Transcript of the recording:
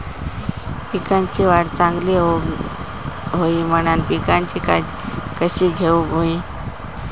पिकाची वाढ चांगली होऊक होई म्हणान पिकाची काळजी कशी घेऊक होई?